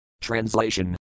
Translation